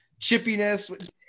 chippiness